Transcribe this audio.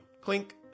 clink